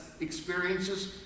experiences